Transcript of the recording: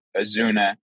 Azuna